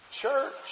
church